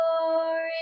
glory